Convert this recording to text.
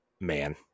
man